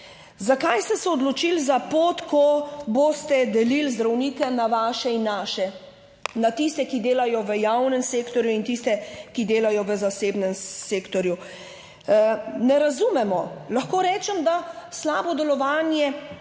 Zakaj ste se odločili za pot, ko boste delili zdravnike na vaše in naše, na tiste, ki delajo v javnem sektorju in tiste, ki delajo v zasebnem sektorju ne razumemo. Lahko rečem, da slabo delovanje